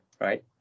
right